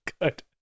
good